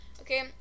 okay